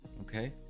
okay